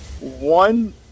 one